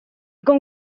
con